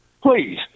Please